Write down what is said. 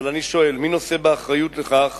אבל אני שואל: מי נושא באחריות לכך